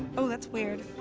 oh, that's weird.